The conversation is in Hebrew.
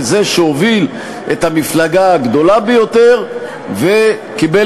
כזה שהוביל את המפלגה הגדולה ביותר וקיבל